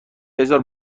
بذار